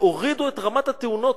והורידו את רמת התאונות,